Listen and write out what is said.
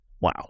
Wow